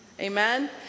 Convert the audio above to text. amen